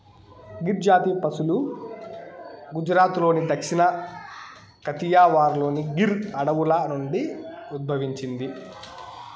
గిర్ జాతి పసులు గుజరాత్లోని దక్షిణ కతియావార్లోని గిర్ అడవుల నుండి ఉద్భవించింది